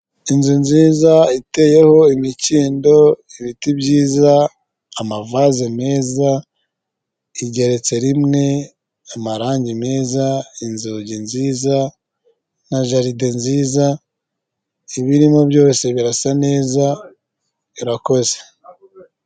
Inzu nziza iteyeho imikindo, ibiti byiza, amavase meza, igeretse rimwe, amarangi meza, inzugi nziza, na jaride nziza, ibirimo byose birasa neza, irakoze.